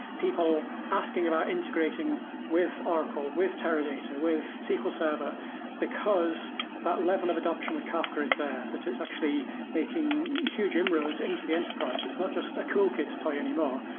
people asking about integrating with oracle, with teradata, with sql server because that level of adaption with kafka is there, that it's actually making huge inroads into the enterprise. it's not just a cool kid's toy anymore.